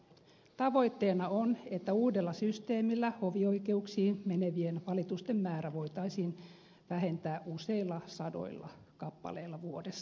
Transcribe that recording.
tavoitteena on että uudella systeemillä hovioikeuksiin menevien valitusten määrää voitaisiin vähentää useilla sadoilla kappaleilla vuodessa